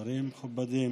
שרים מכובדים,